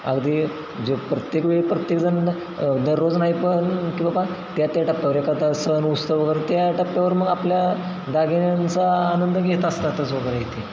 अगदी जे प्रत्येक वेळी प्रत्येकजण दररोज नाही पण की बाबा त्या त्या टप्प्यावर एखादा सण उत्सव वगैरे त्या टप्प्यावर मग आपल्या दागिन्यांचा आनंद घेत असतातच वगैरे इथे